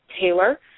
Taylor